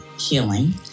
healing